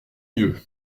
mieux